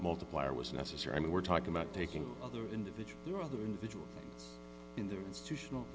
multiplier was necessary i mean we're talking about taking other individuals the individual in their institutional